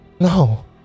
No